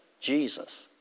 Jesus